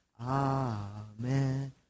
Amen